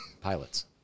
Pilots